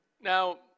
Now